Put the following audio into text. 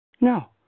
No